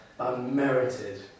unmerited